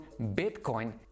bitcoin